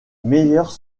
meilleures